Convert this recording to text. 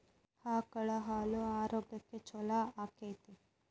ಆಕಳ ಹಾಲು ಆರೋಗ್ಯಕ್ಕೆ ಛಲೋ ಆಕ್ಕೆತಿ?